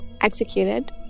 executed